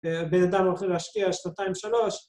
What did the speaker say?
‫בין אדם הולכים להשקיע על שנתיים שלוש.